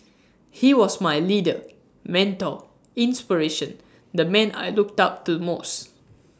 he was my leader mentor inspiration the man I looked up to most